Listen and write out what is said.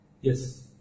Yes